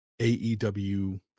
aew